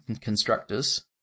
constructors